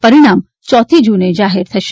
પરિણામ ચોથી જૂને જાહેર કરાશે